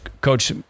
Coach